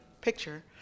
picture